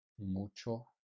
mucho